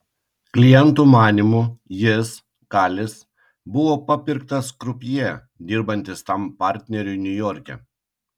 klientų manymu jis kalis buvo papirktas krupjė dirbantis tam partneriui niujorke